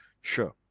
sure